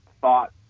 thought